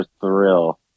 thrill